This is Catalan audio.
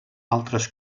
altres